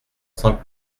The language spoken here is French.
cent